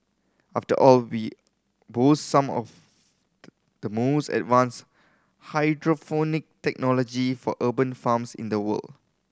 after all we boast some of the the most advanced hydroponic technology for urban farms in the world